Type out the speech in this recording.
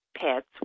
pets